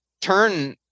turn